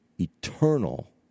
eternal